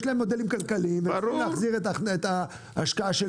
יש להם מודלים כלכליים והם רוצים להחזיר את ההשקעה שלהם.